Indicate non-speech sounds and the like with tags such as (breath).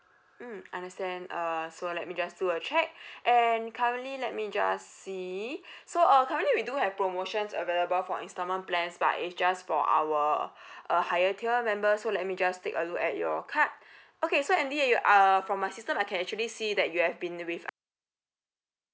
mm I understand uh so let me just do a check (breath) and currently let me just see so uh currently we do have promotions available for installment plans but it's just for our (breath) uh higher tier member so let me just take a look at your card (breath) okay so andy you uh from my system I can actually see that you have been with